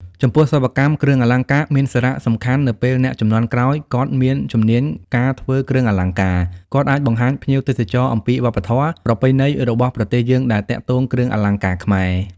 ចំពោះសិប្បកម្មគ្រឿងអលង្ការមានសារៈសំខាន់នៅពេលអ្នកជំនាន់ក្រោយគាត់មានជំនាញការធ្វើគ្រឿងអលង្ការ គាត់អាចបង្ហាញភ្ញៀវទេសចរណ៍អំពីវប្បធម៌ ប្រពៃណីរបស់ប្រទេសយើងដែលទាក់ទងគ្រឿងអលង្ការខ្មែរ។